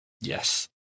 Yes